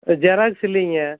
ஆ xerox இல்லைங்க